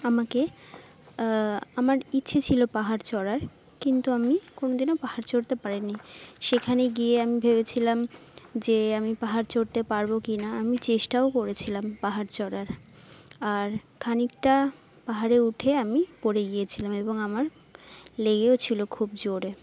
আমাকে আমার ইচ্ছে ছিলো পাহাড় চড়ার কিন্তু আমি কোনো দিনও পাহাড় চড়তে পারিনি সেখানে গিয়ে আমি ভেবেছিলাম যে আমি পাহাড় চড়তে পারবো কিনা আমি চেষ্টাও করেছিলাম পাহাড় চড়ার আর খানিকটা পাহাড়ে উঠে আমি পড়ে গিয়েছিলাম এবং আমার লেগেও ছিলো খুব জোরে